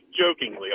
jokingly